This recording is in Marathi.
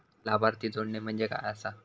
लाभार्थी जोडणे म्हणजे काय आसा?